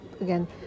again